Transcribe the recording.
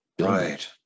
Right